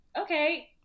Okay